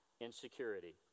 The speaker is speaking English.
insecurity